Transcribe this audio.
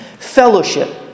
fellowship